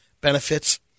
benefits